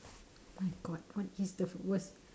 my god what is the worst